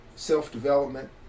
Self-development